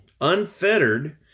unfettered